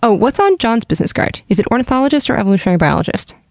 ah what's on john's business card? is it ornithologist or evolutionary biologist?